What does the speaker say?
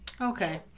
okay